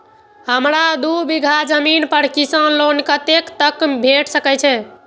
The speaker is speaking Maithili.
हमरा दूय बीगहा जमीन पर किसान लोन कतेक तक भेट सकतै?